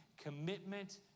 Commitment